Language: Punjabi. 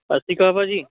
ਸਤਿ ਸ਼੍ਰੀ ਅਕਾਲ ਭਾਅ ਜੀ